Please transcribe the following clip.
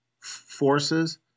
forces